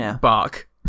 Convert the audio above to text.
bark